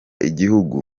igihugu